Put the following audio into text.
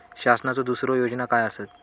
शासनाचो दुसरे योजना काय आसतत?